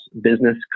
business